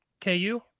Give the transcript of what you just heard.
KU